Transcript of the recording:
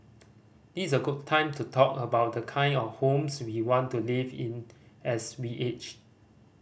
is a good time to talk about the kind of homes we want to live in as we age